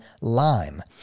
lime